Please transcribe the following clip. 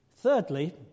Thirdly